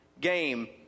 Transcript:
game